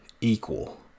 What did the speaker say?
equal